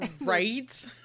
right